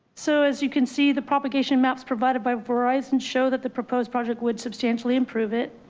so as you can see, the propagation maps provided by verizon show that the proposed project would substantially improve it.